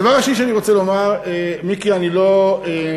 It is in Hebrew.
הדבר השני שאני רוצה לומר, הרבנים שלנו הם,